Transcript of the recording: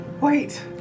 Wait